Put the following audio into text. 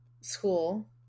School